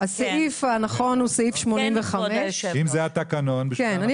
הסעיף הנכון הוא סעיף 85. אני אפנה